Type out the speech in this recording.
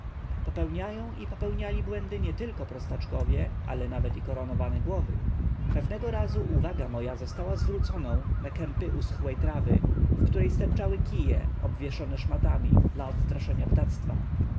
popełniają i popełniali błędy nietylko prostaczkowie ale nawet i koronowana głowy pewnego razu uwaga moja została zwróconą na kępki uschłej trawy w których sterczały kije obwieszone szmatami dla odstraszenia ptactwa